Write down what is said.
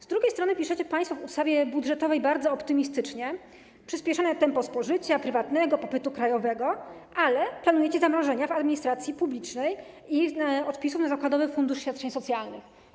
Z drugiej strony piszecie państwo w ustawie budżetowej bardzo optymistycznie: przyspieszone tempo spożycia prywatnego popytu krajowego, ale planujecie zamrożenia w administracji publicznej i odpisów na zakładowy fundusz świadczeń socjalnych.